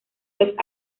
los